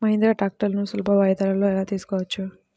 మహీంద్రా ట్రాక్టర్లను సులభ వాయిదాలలో ఎలా తీసుకోవచ్చు?